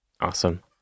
Awesome